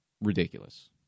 ridiculous